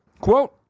Quote